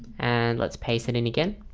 and let's paste it in again